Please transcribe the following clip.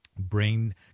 bring